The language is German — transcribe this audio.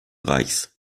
reichs